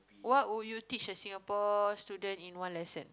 what would you teach a Singapore student in one lesson